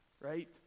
right